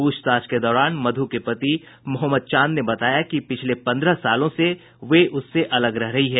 पूछताछ के दौरान मधु के पति मोहम्मद चांद ने बताया कि पिछले पन्द्रह सालों से वे उससे अलग रह रही है